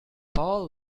paul